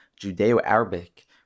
Judeo-Arabic